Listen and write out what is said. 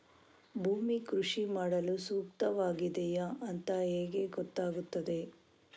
ಭೂಮಿ ಕೃಷಿ ಮಾಡಲು ಸೂಕ್ತವಾಗಿದೆಯಾ ಅಂತ ಹೇಗೆ ಗೊತ್ತಾಗುತ್ತದೆ?